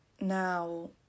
Now